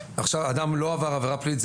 האדם לא עבר עבירה פלילית,